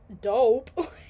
dope